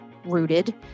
rooted